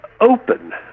open